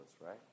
right